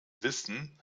wissen